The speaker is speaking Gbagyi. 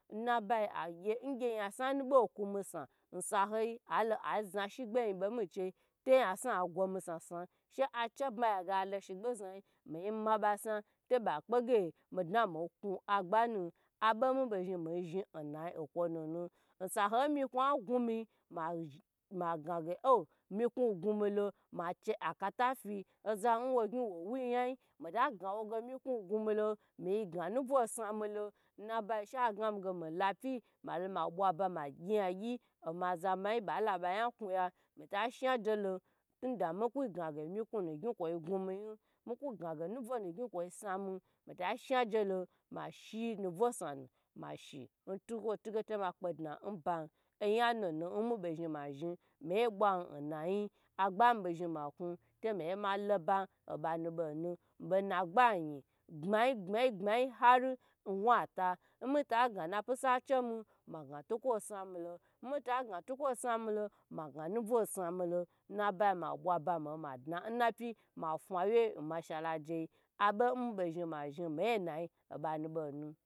N na byi a gye n gye nyasnu nu bei kumi snu n sahyi a lo a zna shegbe bomi chie to nyasnu go mi snusnun she a che bma ya ge a go shegbe bochie mi masna to be kpagye mi kwu agbmanu a bo mi zhni nyai n sa hie n miknu gwumi ma gnage miknu gwumilo ma chie a kata fi oza n wo gni wo wyi nyan mita gnawo ge miknu gwumilom mi gna knubwo snu mi lo n na byi she a gnami ge milo pyi malo mabwa ba ma gye nyagyi oma za mayi be la nya kwuya mi ta shan je lom tunda mi kwugye miknu nu gnyi koi gwumi nyi mi kwu gnagye nubwo gye ko snu mi mi ta shna jelom ma shie knubwo snu nu ma she n tukwo tuge to ma kpedna n ba o nyanu nu n mi bo zhni ma zhni mi ye n nai a gba mibo zhni ma knu to miye malo o ba o benu bo nu n bo na gbanyi gbma nyi gbma nyi gbma nyi har n gwu ta mita gna napyisi chie mim ma gna tukwo snum lo n mita gna tukwo snu mi lom ma gna nubvo snu milo n na byi malo ma bwa aba n napyi ma fnawye n ma sha ra dyi a bo n mi bo zhni ma zhni n nai banu bo nu